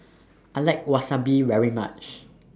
I like Wasabi very much